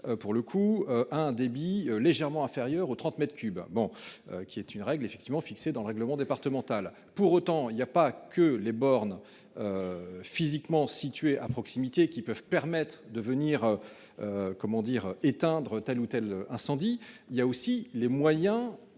pour le coup un débit légèrement inférieure aux 30 m3 bon qui est une règle effectivement, fixé dans le règlement départemental, pour autant il y a pas que les bornes. Physiquement, situé à proximité qui peuvent permettre de venir. Comment dire éteindre telle ou telle incendie il y a aussi les moyens